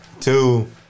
Two